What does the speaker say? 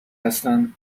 هستن